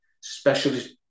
specialist